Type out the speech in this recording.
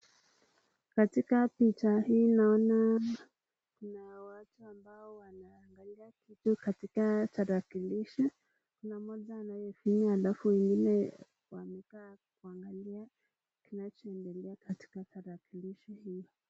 Katika picha hii naona kuna watu ambao wanaangalia kitu katika tarakilishi. Kuna mmoja anayefinya halafu mwingine wamekaa kuangalia kinachoendelea katika tarakilishi hii.